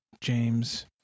James